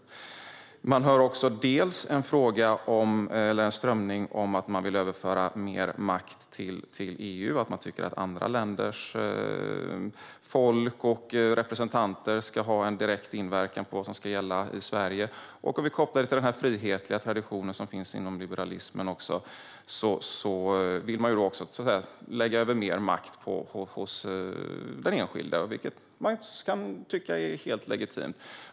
Det finns också en strömning när det gäller att överföra mer makt till EU och att andra länders folk och representanter ska ha en direkt inverkan på vad som ska gälla i Sverige. Om vi kopplar det till den frihetliga traditionen som finns inom liberalismen vill man också lägga över mer makt på den enskilde, vilket kan tyckas helt legitimt.